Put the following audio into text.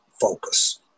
focus